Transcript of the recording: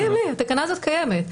התקנה הזאת קיימת.